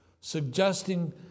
suggesting